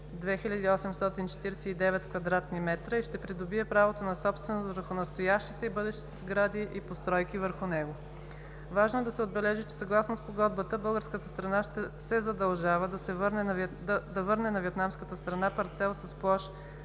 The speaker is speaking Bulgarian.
2849 кв. м и ще придобие правото на собственост върху настоящите и бъдещите сгради и постройки върху него. Важно е да се отбележи, че съгласно Спогодбата, българската страна се задължава да върне на виетнамската страна парцел с площ